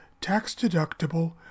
tax-deductible